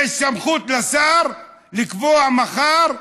יש סמכות לשר לקבוע מחר.